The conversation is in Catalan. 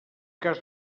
cas